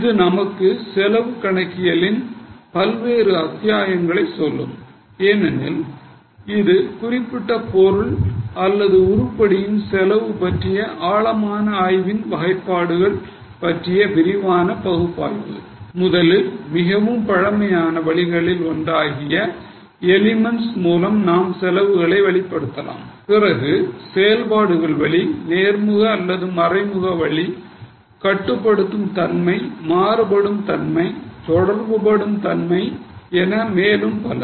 இது நமது செலவு கணக்கியலின் பல்வேறு அத்தியாயங்களை சொல்லும் ஏனெனில் இது ஒரு குறிப்பிட்ட பொருள் அல்லது உருப்படியின் செலவு பற்றிய ஆழமான ஆய்வின் வகைகள் பற்றிய விரிவான பகுப்பாய்வு முதலில் மிகவும் பழமையான வழிகளில் ஒன்றாகிய எலிமென்ட்ஸ் மூலம் நாம் செலவுகளை வகைப்படுத்தலாம் பிறகு செயல்பாடுகள் வழி நேர்முக அல்லது மறைமுக வழி கட்டுப்படுத்தும் தன்மை மாறுபடும் தன்மை தொடர்பு படும் தன்மை என மேலும் பல